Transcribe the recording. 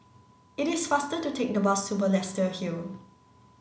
it is faster to take the bus to Balestier Hill